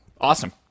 awesome